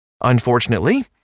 Unfortunately